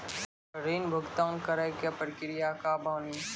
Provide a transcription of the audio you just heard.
ऋण भुगतान करे के प्रक्रिया का बानी?